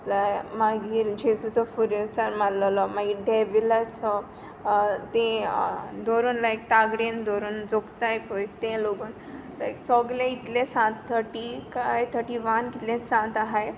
मागीर जेझूचो खुरिसार मारलोलो मागीर डेविलाचो ते दोरून लायक तागडेन दोरून जोकताय पोय ते लोगून लायक सोगले इतले सांत थर्टी काय थर्टी वन कितले सांत आहाय